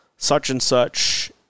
such-and-such